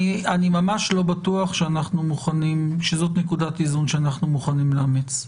אני ממש לא בטוח שזאת נקודת איזון שאנחנו מוכנים לאמץ.